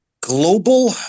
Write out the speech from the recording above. global